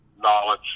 knowledge